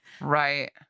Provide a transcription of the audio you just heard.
right